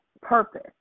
purpose